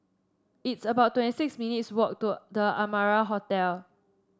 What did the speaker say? it's about twenty six minutes' walk to The Amara Hotel